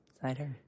Cider